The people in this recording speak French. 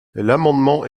l’amendement